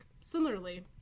Similarly